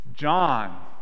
John